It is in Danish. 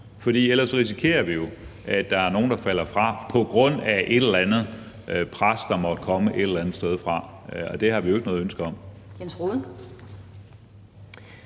for ellers risikerer vi jo, at der er nogle, der falder fra på grund af et eller andet pres, der måtte komme et eller andet sted fra. Det har vi jo ikke noget ønske om.